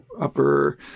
upper